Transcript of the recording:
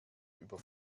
über